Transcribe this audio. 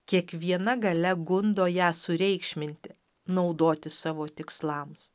kiekviena galia gundo ją sureikšminti naudoti savo tikslams